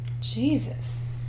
Jesus